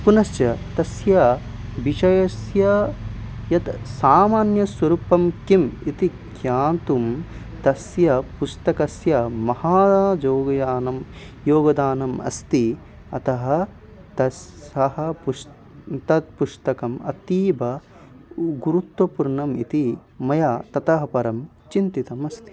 पुनश्च तस्य विषयस्य यत् सामान्यस्वरूपं किम् इति ज्ञातुं तस्य पुस्तकस्य महायोगदानं योगदानम् अस्ति अतः तस्य सः पुष् तत्पुस्तकम् अतीव उ गुरुत्वपूर्णम् इति मया ततः परं चिन्तितम् अस्ति